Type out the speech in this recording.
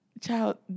Child